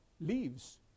leaves